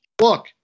Look